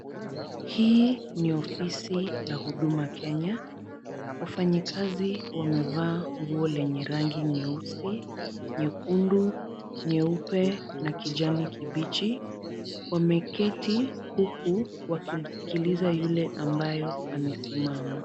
Hii ni ofisi la Huduma Kenya. Wafanyikazi wamevaa nguo lenye rangi nyeusi, nyekundu , nyeupe na kijani kibichi. Wameketi huku wakimsikiliza yule ambaye amesimama.